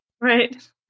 Right